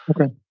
Okay